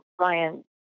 Ryan